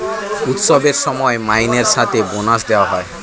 উৎসবের সময় মাইনের সাথে বোনাস দেওয়া হয়